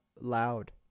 loud